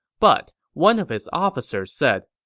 but one of his officers said,